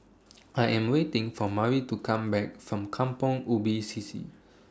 I Am waiting For Mari to Come Back from Kampong Ubi C C